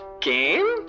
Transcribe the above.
game